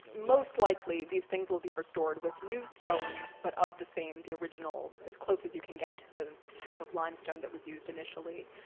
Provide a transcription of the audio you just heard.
most likely, these things will be restored with new stone, but of the same, the original, as close as you can get to the type of limestone that was used initially.